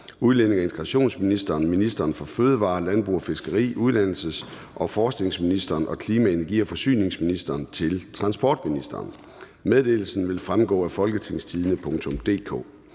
udlændinge- og integrationsministeren, ministeren for fødevarer, landbrug og fiskeri, uddannelses- og forskningsministeren og klima-, energi- og forsyningsministeren til transportministeren. Meddelelsen vil fremgå af www.folketingstidende.dk